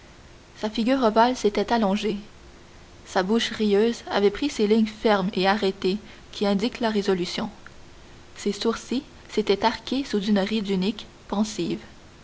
sa figure ovale s'était allongée sa bouche rieuse avait pris ces lignes fermes et arrêtées qui indiquent la résolution ses sourcils s'étaient arqués sous une ride unique pensive